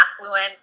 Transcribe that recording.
affluent